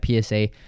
PSA